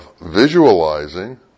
visualizing